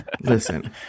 listen